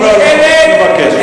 אני מבקש.